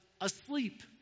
asleep